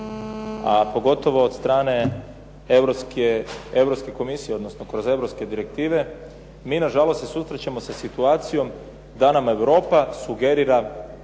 a pogotovo od strane Europske Komisije, odnosno kroz europske direktive mi na žalost se susrećemo sa situacijom da nam Europa sugerira